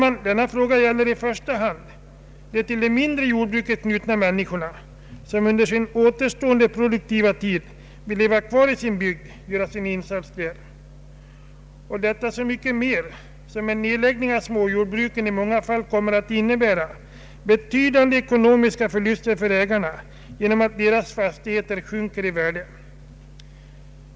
Denna fråga, herr talman, gäller i första hand de till det mindre jordbruket knutna människorna som under sin återstående produktiva tid vill leva kvar i sin bygd och göra sin insats där, detta så mycket mera som en nedläggning av småbruket i många fall kommer att innebära betydande ekonomiska förluster för ägarna genom att deras fastigheter sjunker i värde.